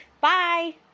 Bye